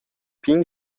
pign